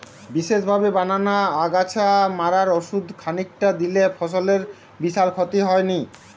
বিশেষভাবে বানানা আগাছা মারার ওষুধ খানিকটা দিলে ফসলের বিশাল ক্ষতি হয়নি